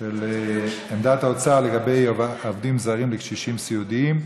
עמדת האוצר לגבי עובדים זרים לקשישים סיעודיים.